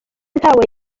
ntawe